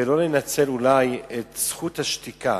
ולא לנצל את זכות השתיקה,